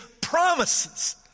promises